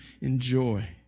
enjoy